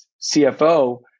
CFO